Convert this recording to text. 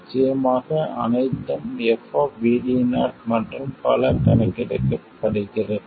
நிச்சயமாக அனைத்தும் f மற்றும் பல கணக்கிடப்படுகிறது